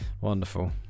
Wonderful